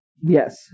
Yes